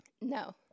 No